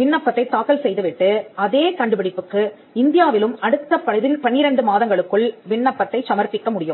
விண்ணப்பத்தைத் தாக்கல் செய்துவிட்டு அதே கண்டுபிடிப்புக்கு இந்தியாவிலும் அடுத்த 12 மாதங்களுக்குள் விண்ணப்பத்தைச் சமர்ப்பிக்க முடியும்